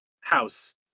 house